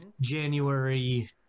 January